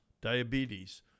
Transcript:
diabetes